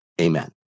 Amen